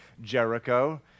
Jericho